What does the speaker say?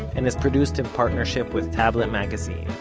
and is produced in partnership with tablet magazine.